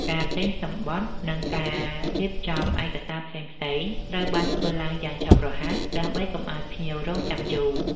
ការទិញសំបុត្រ និងការរៀបចំឯកសារផ្សេងៗត្រូវបានធ្វើឡើងយ៉ាងឆាប់រហ័ស ដើម្បីកុំឱ្យភ្ញៀវរង់ចាំយូរ។